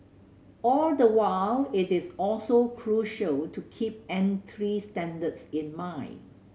all the while it is also crucial to keep entry standards in mind